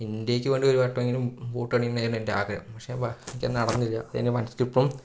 ഇന്ത്യയ്ക്ക് വേണ്ടി ഒരു വട്ടമെങ്കിലും ബൂട്ടണിയണം എന്നായിരുന്നു എന്റെ ആഗ്രഹം പക്ഷേ എനിക്കത് നടന്നില്ല എന്റെ മനസ്സിലിപ്പം